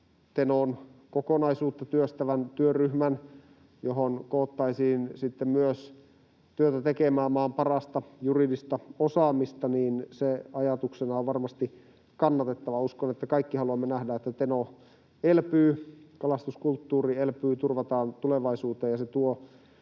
Tenon kokonaisuutta työstävästä työryhmästä, johon koottaisiin sitten työtä tekemään myös maan parasta juridista osaamista, ja se ajatuksena on varmasti kannatettava. Uskon, että me kaikki haluamme nähdä, että Teno elpyy, kalastuskulttuuri elpyy, turvataan tulevaisuuteen ja se tuo